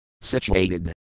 Situated